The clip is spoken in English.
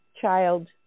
child